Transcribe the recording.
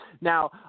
Now